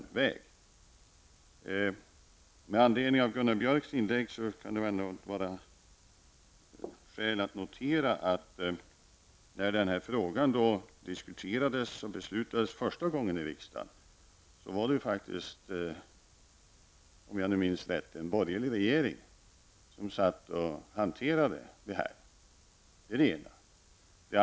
Med anledning av Gunnar Björks inlägg kan det finnas skäl att notera att då frågan diskuterades och beslut fattades första gången i riksdagen var det faktiskt, om jag minns rätt, en borgerlig regering som hanterade dessa saker.